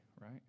right